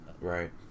Right